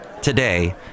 today